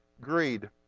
greed